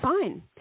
Fine